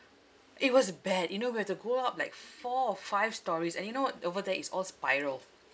it was bad you know we have to go up like four or five storeys and you know over there is all spiral